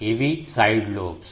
ఇవి side lobes